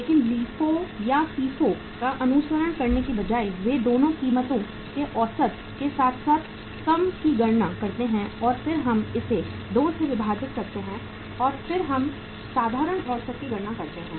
इसलिए LIFO या FIFO का अनुसरण करने के बजाय वे दोनों कीमतों के औसत के साथ साथ कम की गणना करते हैं और फिर हम इसे 2 से विभाजित करते हैं और फिर हम साधारण औसत की गणना करते हैं